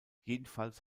jedenfalls